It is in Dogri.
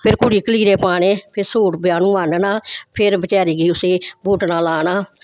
फिर कुड़ी गी कलीरे पाने फिर सूट ब्याह्नूं आह्नना फिर बचैरी गी उसी बुटना लाना